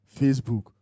Facebook